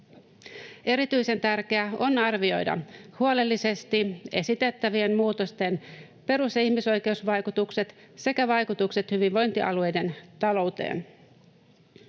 Erityisen tärkeää on huolellisesti arvioida esitettävien muutosten perus- ja ihmisoikeusvaikutukset sekä vaikutukset hyvinvointialueiden talouteen.